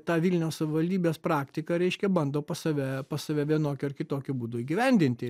tą vilniaus savivaldybės praktiką reiškia bando pas save pas save vienokiu ar kitokiu būdu įgyvendinti